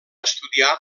estudiar